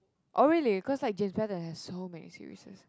oh really cause like James-Patterson have so many series